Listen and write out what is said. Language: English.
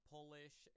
Polish